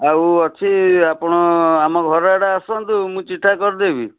ଆଉ ଅଛି ଆପଣ ଆମ ଘର ଆଡ଼େ ଆସନ୍ତୁ ମୁଁ ଚିଠା କରିଦେବି